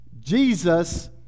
Jesus